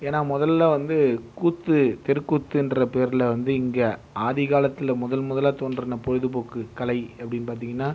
ஏன்னா முதலில் வந்து கூத்து தெருக்கூத்துன்ற பேரில் வந்து இங்கே ஆதிகாலத்தில் முதல் முதலாக தோன்றின பொழுதுபோக்கு கலை அப்படின்னு பார்த்திங்கன்னா